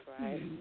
right